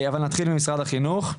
אבל נתחיל ממשרד החינוך.